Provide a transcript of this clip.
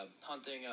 hunting